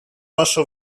ваше